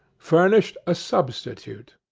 furnished a substitute.